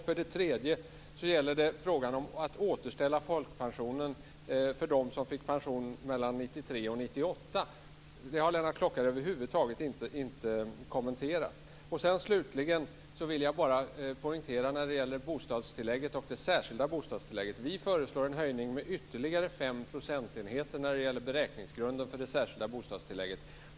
För det tredje gäller frågan om att återställa folkpensionen för dem som fick pension mellan 1993 och 1998. Det har Lennart Klockare över huvud taget inte kommenterat. Slutligen vill jag poängtera bostadstillägget och det särskilda bostadstillägget. Vi föreslår en höjning med ytterligare 5 procentenheter när det gäller beräkningsgrunden för det särskilda bostadstillägget.